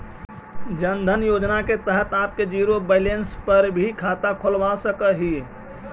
जन धन योजना के तहत आपने जीरो बैलेंस पर भी खाता खुलवा सकऽ हिअ